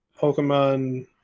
Pokemon